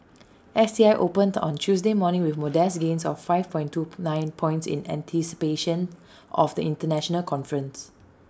S T I opened on Tuesday morning with modest gains of five point two nine points in anticipation of the International conference